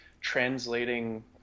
translating